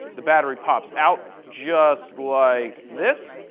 the battery pops out just like this.